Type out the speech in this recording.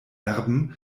erben